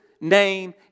name